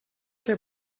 que